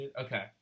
Okay